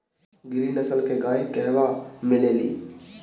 गिरी नस्ल के गाय कहवा मिले लि?